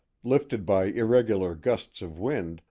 lifted by irregular gusts of wind,